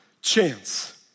chance